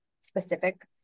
specific